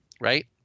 right